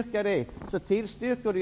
varmt omhuldar i talarstolen.